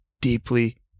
deeply